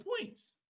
points